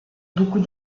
beaucoup